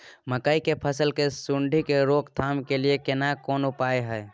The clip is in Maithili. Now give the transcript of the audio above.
मकई की फसल मे सुंडी के रोक थाम के लिये केना कोन उपाय हय?